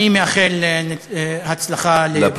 אני מאחל הצלחה ל"בני סח'נין".